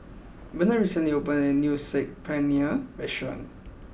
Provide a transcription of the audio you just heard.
Benard recently opened a new Saag Paneer restaurant